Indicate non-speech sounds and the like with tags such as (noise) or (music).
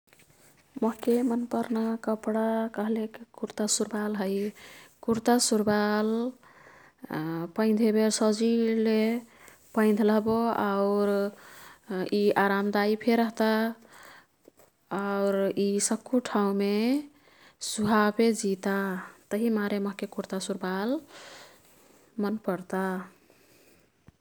मोह्के मनपर्ना कपडा कह्लेक कुर्तासुरवाल है। कुर्तासुरवाल (hesitation) पैंधेबेर सजिले पैंध लह्बो आऊ (hesitation) यी आरामदाईफे रह्ता। आउर यी सक्कु ठाउँमे सुहाफे जिता। तभिमारे मोह्के कुर्तासुरवाल (noise) मन पर्ता।